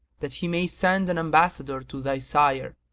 that he may send an ambassador to thy sire,